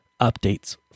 updates